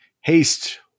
Haste